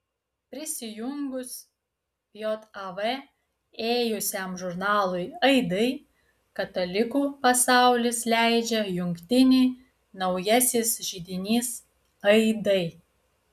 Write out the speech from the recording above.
prisijungus jav ėjusiam žurnalui aidai katalikų pasaulis leidžia jungtinį naujasis židinys aidai